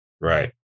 Right